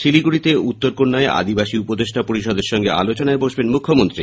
শিলিগুড়িতে উত্তরকন্যায় আদিবাসী উপদেষ্টা পরিষদের সঙ্গে আলোচনায় বসবেন মুখ্যমন্ত্রী